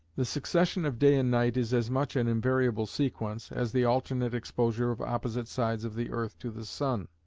the succession of day and night is as much an invariable sequence, as the alternate exposure of opposite sides of the earth to the sun.